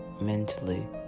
mentally